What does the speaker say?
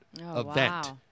event